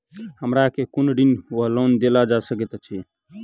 हमरा केँ कुन ऋण वा लोन देल जा सकैत अछि?